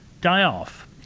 die-off